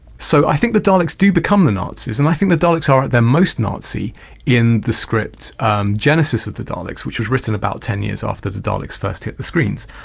so i think the daleks do become the nazis and i think the daleks are at their most nazi in the script um genesis of the daleks which was written about ten years after the daleks first hit the screens.